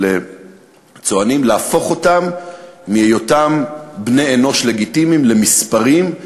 ולצוענים: להפוך אותם מהיותם בני-אנוש לגיטימיים למספרים,